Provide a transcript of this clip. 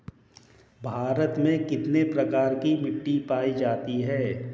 भारत में कितने प्रकार की मिट्टी पाई जाती हैं?